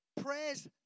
prayers